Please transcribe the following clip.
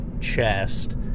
chest